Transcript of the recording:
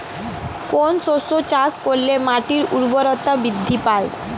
কোন শস্য চাষ করলে মাটির উর্বরতা বৃদ্ধি পায়?